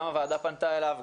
גם הוועדה פנתה אליו,